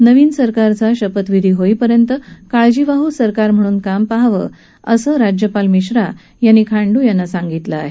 नवीन सरकारचा शपथविधी होईपर्यंत काळजीवाहू सरकार म्हणून काम पहावं अशी विनंती राज्यपाल मिश्रा यांनी खांडू यांना केली आहे